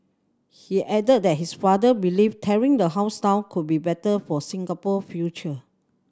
he added that his father believed tearing the house down could be better for Singapore future